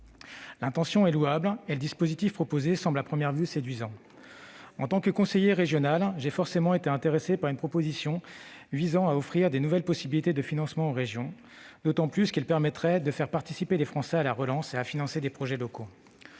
L'intention est louable, et le dispositif proposé semble à première vue séduisant. En tant que conseiller régional, j'ai forcément été intéressé par des mesures dont l'objet est d'offrir de nouvelles possibilités de financement aux régions, d'autant plus qu'elles permettraient de faire participer les Français à la relance, et de financer des projets locaux.